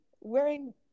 wearing